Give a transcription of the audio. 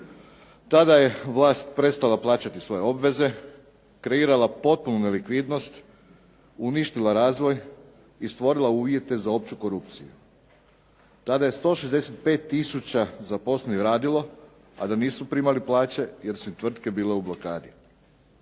Tada je vlast prestala plaćati svoje obveze, kreirala potpunu nelikvidnost, uništila razvoj i stvorila uvjete za opću korupciju. Tada je 165000 zaposlenih radilo, a da nisu primali plaće, jer su im tvrtke bile u blokadi.